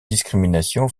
discrimination